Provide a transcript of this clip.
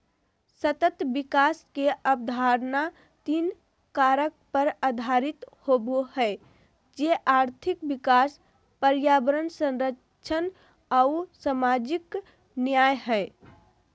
सतत विकास के अवधारणा तीन कारक पर आधारित होबो हइ, जे आर्थिक विकास, पर्यावरण संरक्षण आऊ सामाजिक न्याय हइ